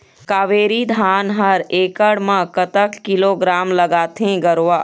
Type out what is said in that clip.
कावेरी धान हर एकड़ म कतक किलोग्राम लगाथें गरवा?